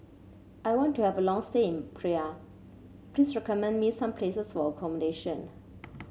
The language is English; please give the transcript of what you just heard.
I want to have a long stay Praia please recommend me some places for accommodation